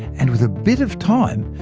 and with a bit of time,